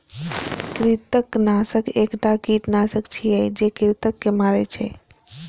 कृंतकनाशक एकटा कीटनाशक छियै, जे कृंतक के मारै छै